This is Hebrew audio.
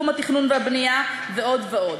ברפורמה בתחום התכנון והבנייה ועוד ועוד.